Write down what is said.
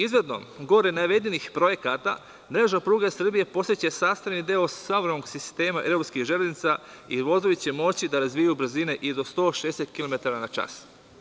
Izvedbom gore navedenih projekata, mreža pruge Srbije postaće sastavni deo savremenog sistema evropskih železnica i vozovi će moći da razvijaju brzine i do 160 kilometara na čas.